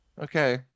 Okay